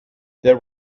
there